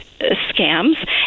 scams